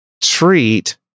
treat